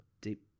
deep